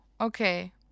okay